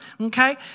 Okay